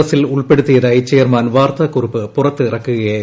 എസ്സിൽ ഉൾപ്പെടുത്തിയതായി അംഗങ്ങളെ ചെയർമാൻ വാർത്താ കുറിപ്പ് പുറത്തിറക്കുകയായിരുന്നു